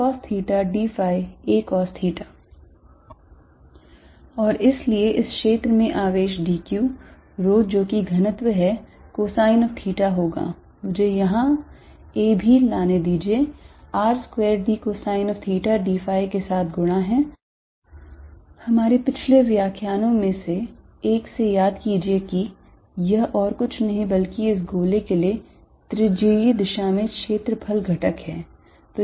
dVR2dcosθdϕacosθ और इसलिए इस क्षेत्र में आवेश d Q rho जो कि घनत्व है cosine of theta होगा मुझे यहां a भी लाने दीजिए R square d cosine theta d phi के साथ गुणा है हमारे पिछले व्याख्यानो में से एक से याद कीजिए कि यह और कुछ बल्कि इस गोले के लिए त्रिज्यीय दिशा में क्षेत्रफल घटक है